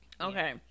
okay